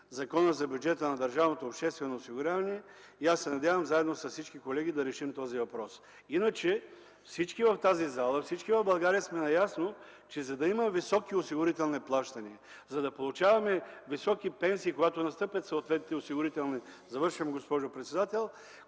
Закона за бюджета на държавното обществено осигуряване. Надявам се, заедно с колегите, да решим този въпрос. Иначе всички в тази зала, всички в България сме наясно: за да има високи осигурителни плащания, за да получаваме високи пенсии, когато настъпят съответните осигурителни събития (сигнал от председателя